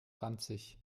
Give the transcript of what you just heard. ranzig